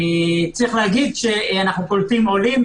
אנחנו קולטים עולים.